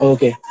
Okay